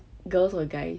girls or guys